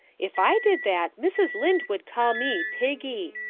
if i did that mrs. lynde would call me piggy.